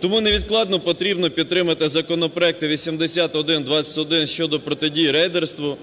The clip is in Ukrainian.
Тому невідкладно потрібно підтримати законопроекти 8121 щодо протидії рейдерству,